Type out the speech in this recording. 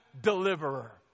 deliverer